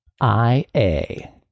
I-A